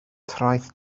traeth